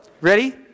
ready